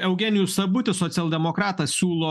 eugenijus sabutis socialdemokratas siūlo